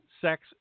sex